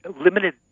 limited